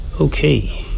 Okay